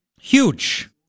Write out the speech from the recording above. Huge